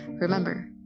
remember